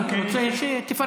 אני רק רוצה שתפרט,